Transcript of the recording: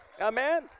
Amen